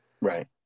Right